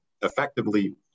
effectively